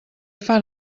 fan